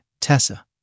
Tessa